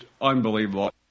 unbelievable